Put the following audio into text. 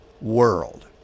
world